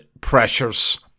pressures